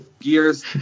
gears